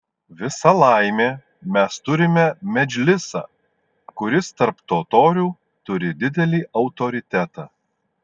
visa laimė mes turime medžlisą kuris tarp totorių turi didelį autoritetą